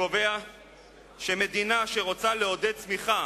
קובע שמדינה שרוצה לעודד צמיחה,